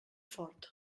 fort